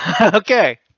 Okay